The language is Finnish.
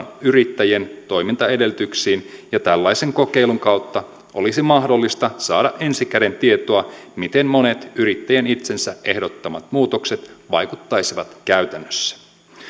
yrittäjien toimintaedellytyksiin ja tällaisen kokeilun kautta olisi mahdollista saada ensi käden tietoa siitä miten monet yrittäjien itsensä ehdottamat muutokset vaikuttaisivat käytännössä